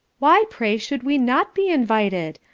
why, pray, should we not be invited?